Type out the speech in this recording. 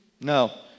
no